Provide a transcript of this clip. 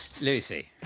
Lucy